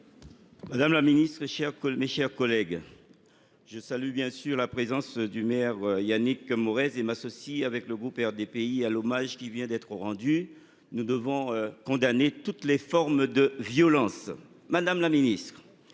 chers collègues, mes chers collègues. Je salue bien sûr la présence du maire Yannick mauvaise et m'associe avec le groupe RDPI à l'hommage qui vient d'être rendu. Nous devons condamner toutes les formes de violence. Madame la Ministre,